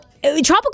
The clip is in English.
tropical